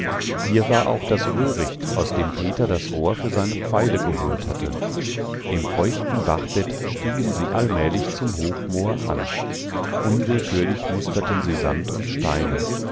hier war auch das röhricht aus dem peter das rohr für seine pfeile geholt hatte im feuchten bachbett stiegen sie allmählich zum hochmoor an unwillkürlich musterten sie sand und steine